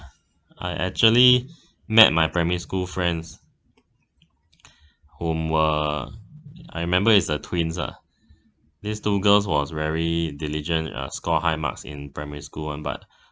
I actually met my primary school friends whom were I remember is a twins lah these two girls was very diligent uh score high marks in primary school [one] but